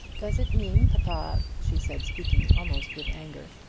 does it mean, papa, she said, speaking almost with anger,